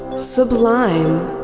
sublime.